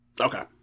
Okay